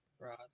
Right